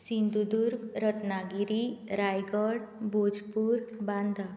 सिंधुदुर्ग रत्नागिरी रायगड भोजपूर बांधा